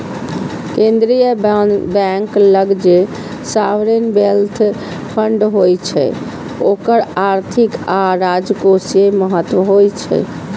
केंद्रीय बैंक लग जे सॉवरेन वेल्थ फंड होइ छै ओकर आर्थिक आ राजकोषीय महत्व होइ छै